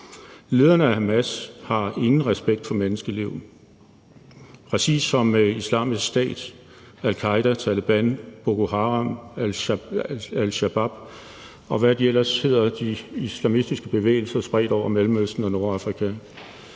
Lederne af Hamas har ingen respekt for menneskeliv, præcis som Islamisk Stat, al-Qaeda, Taleban, Boko Haram, al-Shabaab, og hvad de islamistiske bevægelser spredt over Mellemøsten og Nordafrika